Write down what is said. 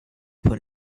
put